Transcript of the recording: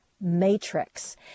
Matrix